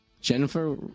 Jennifer